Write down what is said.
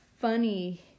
funny